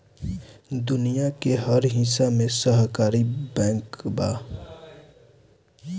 दुनिया के हर हिस्सा में सहकारी बैंक बा